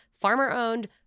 Farmer-owned